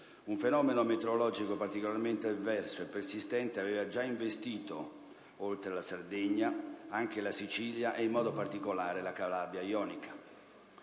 un fenomeno meteorologico particolarmente avverso e persistente aveva già investito, oltre la Sardegna, anche la Sicilia e, in modo particolare, la Calabria ionica.